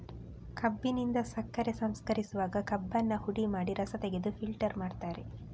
ಕಬ್ಬಿನಿಂದ ಸಕ್ಕರೆ ಸಂಸ್ಕರಿಸುವಾಗ ಕಬ್ಬನ್ನ ಹುಡಿ ಮಾಡಿ ರಸ ತೆಗೆದು ಫಿಲ್ಟರ್ ಮಾಡ್ತಾರೆ